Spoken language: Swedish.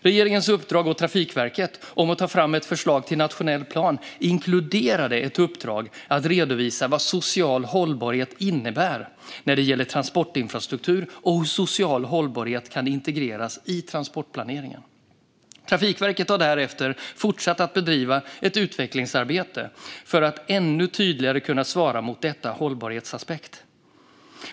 Regeringens uppdrag åt Trafikverket att ta fram ett förslag till nationell plan inkluderade ett uppdrag att redovisa vad social hållbarhet innebär när det gäller transportinfrastruktur och hur social hållbarhet kan integreras i transportplaneringen. Trafikverket har därefter fortsatt att bedriva ett utvecklingsarbete för att ännu tydligare kunna svara mot denna hållbarhetsaspekt.